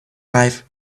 life